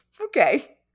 Okay